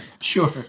Sure